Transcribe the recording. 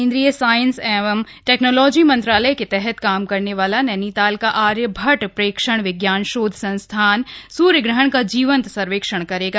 केन्द्रीय साइंस एवं टेक्नालाजी मंत्रालय के तहत काम करने वाला नैनीताल का आर्य भट्ट प्रेक्षण विज्ञान शोध संस्थान एरीज सूर्य ग्रहण का जीवंत सर्वेक्षण करेगा